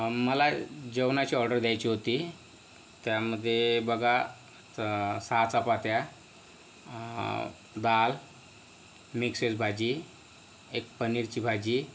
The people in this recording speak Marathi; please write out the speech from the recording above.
मला जेवणाची ऑर्डर द्यायची होती त्यामध्ये बघा आता सहा चपात्या दाल मिक्स व्हेज भाजी एक पनीरची भाजी